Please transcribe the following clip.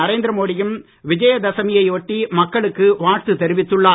நரேந்திரமோடியும் விஜயதசமியை ஒட்டி மக்களுக்கு வாழ்த்து தெரிவித்துள்ளார்